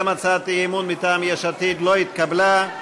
50 הצעת סיעת יש עתיד להביע אי-אמון בממשלה לא נתקבלה.